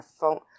phone